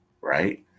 right